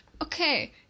Okay